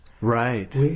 Right